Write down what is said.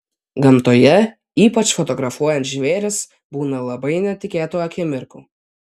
gamtoje ypač fotografuojant žvėris būna labai netikėtų akimirkų